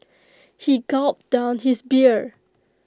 he gulped down his beer